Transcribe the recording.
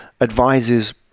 advises